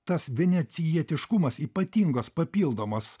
tas venecijietiškumas ypatingos papildomos